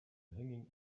hanging